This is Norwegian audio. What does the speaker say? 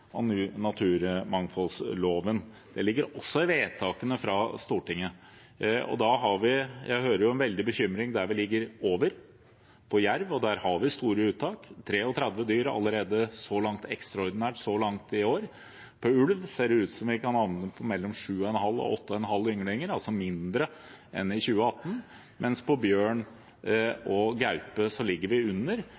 naturmangfoldloven. Det ligger også i vedtakene fra Stortinget. Jeg hører jo en veldig bekymring for der vi ligger over, på jerv, og der har vi store uttak, allerede 33 dyr ekstraordinært så langt i år. For ulv ser det ut til at vi kan havne på mellom 7,5 og 8,5 ynglinger, altså mindre enn i 2018, mens på bjørn